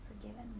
forgiven